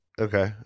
Okay